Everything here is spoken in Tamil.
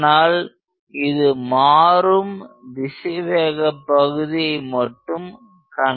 ஆனால் இது மாறும் திசைவேக பகுதியை மட்டும் கணக்கில் கொள்ளும்